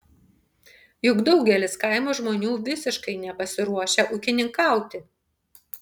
juk daugelis kaimo žmonių visiškai nepasiruošę ūkininkauti